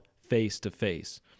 face-to-face